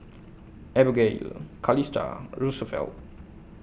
Abagail Calista Roosevelt